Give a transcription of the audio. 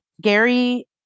Gary